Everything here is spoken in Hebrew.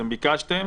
אתם ביקשתם,